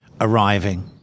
arriving